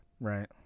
Right